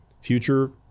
future